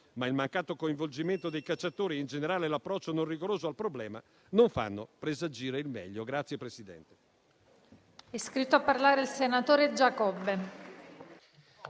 ma il mancato coinvolgimento dei cacciatori e in generale l'approccio non rigoroso al problema non fanno presagire il meglio.